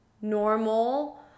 normal